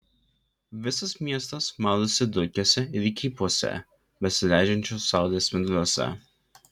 visas miestas maudosi dulkėse ir įkypuose besileidžiančios saulės spinduliuose